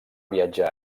viatjar